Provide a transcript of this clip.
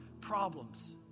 problems